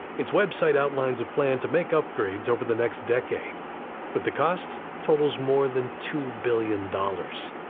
its website outlines a plan to make upgrades over the next decade but the cost totals more than two billion dollars.